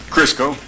Crisco